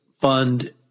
fund